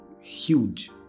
huge